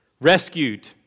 rescued